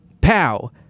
Pow